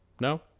No